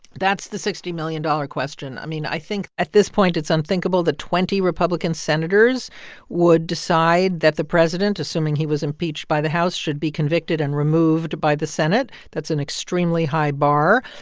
that's the sixty million dollars question. i mean, i think at this point, it's unthinkable that twenty republican senators would decide that the president, assuming he was impeached by the house, should be convicted and removed by the senate. that's an extremely high bar.